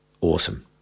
awesome